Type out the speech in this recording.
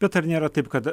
bet ar nėra taip kad